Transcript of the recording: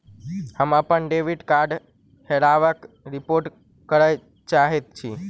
हम अप्पन डेबिट कार्डक हेराबयक रिपोर्ट करय चाहइत छि